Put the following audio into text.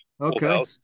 okay